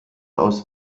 aus